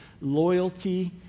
loyalty